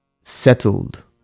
settled